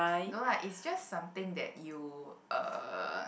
no lah it's just something that you uh